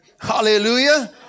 Hallelujah